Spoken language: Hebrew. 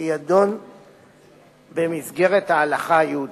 שידון במסגרת ההלכה היהודית.